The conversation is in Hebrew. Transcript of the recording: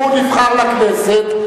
הוא נבחר לכנסת,